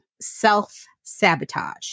self-sabotage